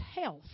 health